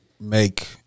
make